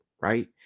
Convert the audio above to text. right